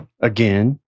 Again